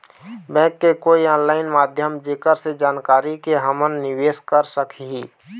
Bank के कोई online माध्यम जेकर से जानकारी के के हमन निवेस कर सकही?